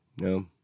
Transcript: No